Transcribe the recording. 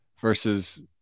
versus